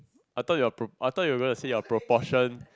I thought you I thought you were gonna say your proportion